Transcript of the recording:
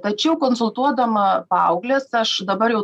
tačiau konsultuodama paaugles aš dabar jau